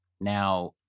Now